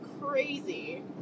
crazy